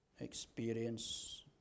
experience